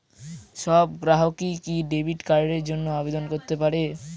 সব গ্রাহকই কি ডেবিট কার্ডের জন্য আবেদন করতে পারে?